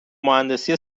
مهندسی